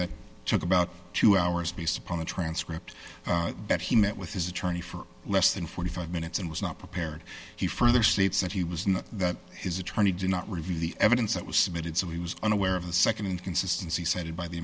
that took about two hours based upon a transcript that he met with his attorney for less than forty five minutes and was not prepared he further states that he was not that his attorney did not review the evidence that was submitted so he was unaware of the nd inconsistency said by the